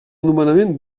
nomenament